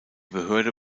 behörde